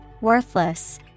worthless